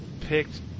picked